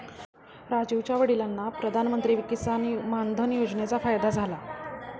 राजीवच्या वडिलांना प्रधानमंत्री किसान मान धन योजनेचा फायदा झाला